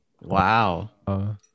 wow